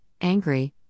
angry